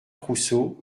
rousseau